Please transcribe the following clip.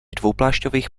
dvouplášťových